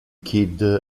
kid